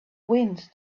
wind